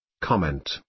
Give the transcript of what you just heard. Comment